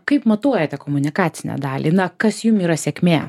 kaip matuojate komunikacinę dalį na kas jum yra sėkmė